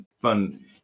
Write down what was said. fun